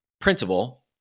principal